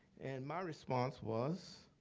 and my response was,